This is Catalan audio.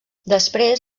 després